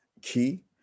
key